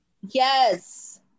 yes